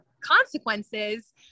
consequences